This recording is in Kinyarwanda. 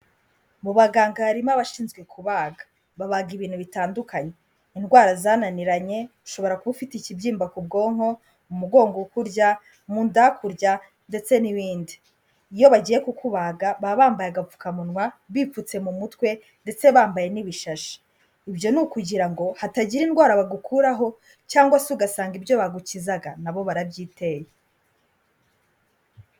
Mu baganga harimo abashinzwe kubaga. Babaga ibintu bitandukanye. Indwara zananiranye, ushobora kuba ufite ikibyimba ku bwonko, umugongo ukurya, mu nda haurya ndetse n'ibindi. Iyo bagiye kukubaga, baba bambaye agapfukamunwa, bipfutse mu mutwe ndetse bambaye n'ibishashi. Ibyo ni ukugira ngo hatagira indwara bagukuraho, cyangwa se ugasanga ibyo bagukizaga nabo barabyiteye.